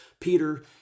Peter